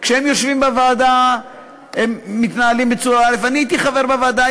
כשהם יושבים בוועדה הם מתנהלים בצורה א' אני הייתי חבר בוועדה,